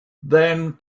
then